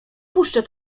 puszczę